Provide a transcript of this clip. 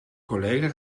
collega